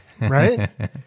right